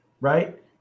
right